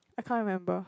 I can't remember